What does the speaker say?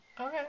Okay